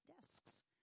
desks